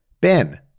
Ben